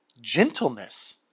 gentleness